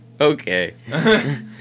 Okay